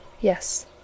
Yes